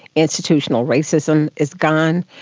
institutional racism is gone.